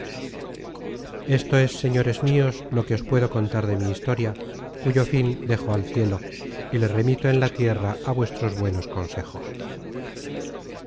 esto es señores mios lo que os puedo contar de mi historia cuyo fin dejo al cielo y le remito en la tierra á vuestros buenos consejos